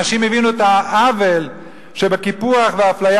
אנשים הבינו את העוול שבקיפוח ואפליה